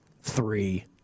three